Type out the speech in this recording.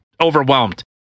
overwhelmed